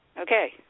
Okay